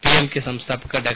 PMK ಸಂಸ್ಥಾಪಕ ಡಾ